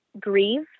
grieve